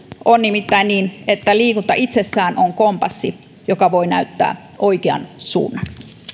on nimittäin niin että liikunta itsessään on kompassi joka voi näyttää oikean suunnan